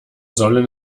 sollen